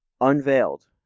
unveiled